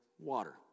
water